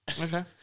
okay